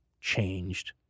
changed